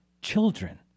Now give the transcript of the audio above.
children